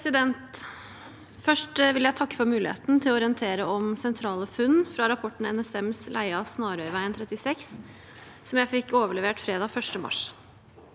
Først vil jeg takke for muligheten til å orientere om sentrale funn fra rapporten «NSMs leie av Snarøyveien 36», som jeg fikk overlevert fredag 1. mars.